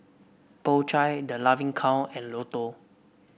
Po Chai The Laughing Cow and Lotto